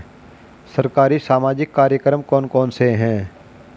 सरकारी सामाजिक कार्यक्रम कौन कौन से हैं?